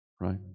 right